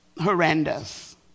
horrendous